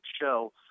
show